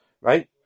right